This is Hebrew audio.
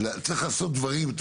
צריך לעשות דברים בצורה ברת השגה.